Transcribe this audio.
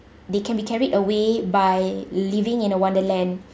they can be carried away by living in a wonderland